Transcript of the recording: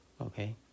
okay